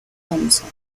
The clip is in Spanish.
thompson